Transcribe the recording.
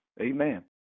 Amen